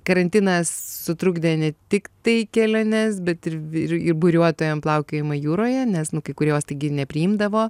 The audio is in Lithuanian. karantinas sutrukdė ne tiktai keliones bet ir b į buriuotojam plaukiojimą jūroje nes kai kurie uostai gi nepriimdavo